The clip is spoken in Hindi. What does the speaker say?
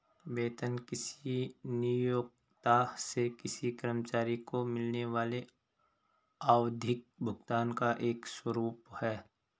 वेतन किसी नियोक्ता से किसी कर्मचारी को मिलने वाले आवधिक भुगतान का एक स्वरूप है